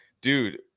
dude